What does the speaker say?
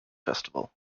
festival